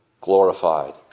glorified